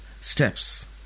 steps